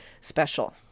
special